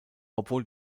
obwohl